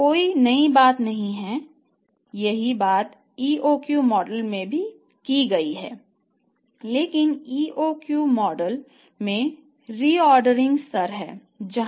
यह कोई नई बात नहीं है यही बात EOQ मॉडल में भी की गई है